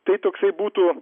tai toksai būtų